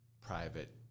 private